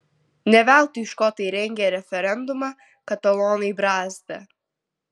ne veltui škotai rengė referendumą katalonai brazda